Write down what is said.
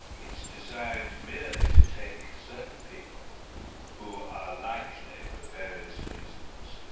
it's designed merely to take certain people who are likely for various reasons,